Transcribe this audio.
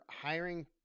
hiring